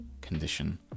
condition